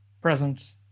present